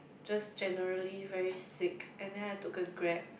just generally very sick and then I took a Grab